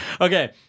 Okay